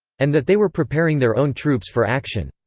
and that they were preparing their own troops for action.